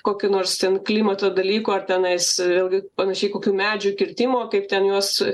kokių nors ten klimato dalykų ar tenais vėlgi panašiai kokių medžių kirtimo kaip ten juos